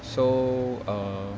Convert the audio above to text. so err